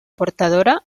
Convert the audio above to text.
portadora